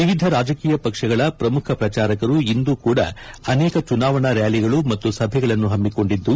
ವಿವಿಧ ರಾಜಕೀಯ ಪಕ್ಷಗಳ ಪ್ರಮುಖ ಪ್ರಚಾರಕರು ಇಂದೂ ಕೂಡಾ ಅನೇಕ ಚುನಾವಣಾ ರ್ವಾಲಿಗಳು ಮತ್ತು ಸಭೆಗಳನ್ನು ಹಮ್ನಿಕೊಂಡಿದ್ದು